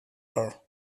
her